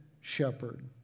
shepherd